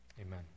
Amen